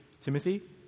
Timothy